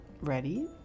ready